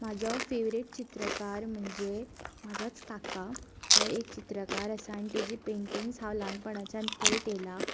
म्हाजो फेवरेट चित्रकार म्हणजे म्हाजोच काका तो एक चित्रकार आसा आनी तेजी पेंटिंग्स हांव ल्हानपणाच्यान पयत येयलां